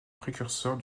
précurseurs